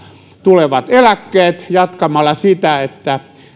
tulevat eläkkeet jatkamalla sitä että